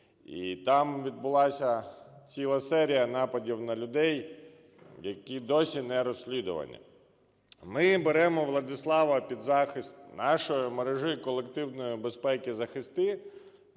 І там відбулася ціла серія нападів на людей, які досі не розслідувані. Ми беремо Владислава під захист нашої Мережі колективної безпеки "ЗахисТи".